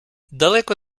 далеко